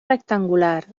rectangular